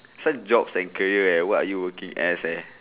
this one jobs and career eh what are you working as